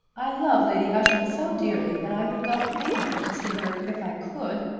i love lady ushant so dearly that i would go anywhere to see her if i could.